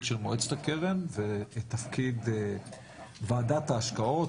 של מועצת הקרן ותפקיד וועדת ההשקעות,